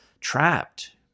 trapped